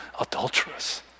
adulterous